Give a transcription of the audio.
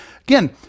Again